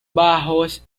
bajos